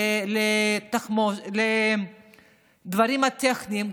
לדברים הטכניים,